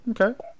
okay